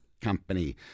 company